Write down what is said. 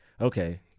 okay